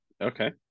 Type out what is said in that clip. Okay